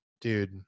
Dude